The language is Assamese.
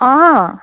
অঁ